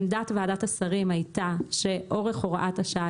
עמדת ועדת השרים הייתה שאורך הוראת השעה